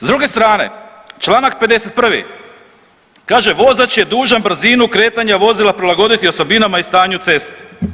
S druge strane članak 51. kaže vozač je dužan brzinu kretanja vozila prilagoditi osobinama i stanju ceste.